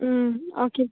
ꯎꯝ okay